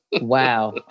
Wow